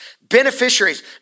beneficiaries